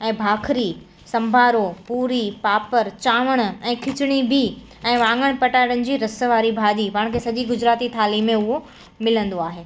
ऐं भाखरी संभारो पूरी पापर चांवर ऐं खिचड़ी बि ऐं वाॻण पटाटनि जी रस वारी भाॼी पाण खे सॼी गुजरात थाली में उहो मिलंदो आहे